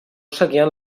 seguien